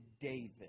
David